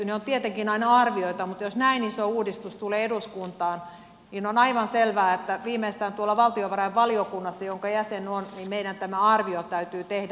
ne ovat tietenkin aina arvioita mutta jos näin iso uudistus tulee eduskuntaan niin on aivan selvää että viimeistään tuolla valtiovarainvaliokunnassa jonka jäsen olen meidän tämä arvio täytyy tehdä